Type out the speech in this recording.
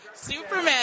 Superman